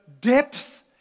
depth